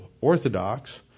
orthodox